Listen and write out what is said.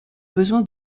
besoin